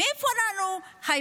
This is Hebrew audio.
איפה אנחנו חיים?